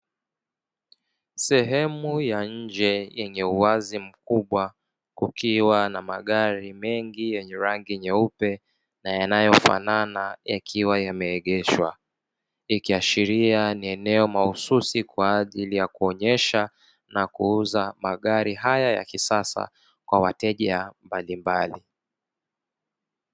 Sehemu ya nje yenye uwazi mkubwa, kukiwa na magari mengi yenye rangi nyeupe na yanayofanana; yakiwa yameegeshwa, ikiashiria ni eneo mahususi kwa ajili ya kuonyesha na kuuza magari haya ya kisasa kwa wateja mbalimbali.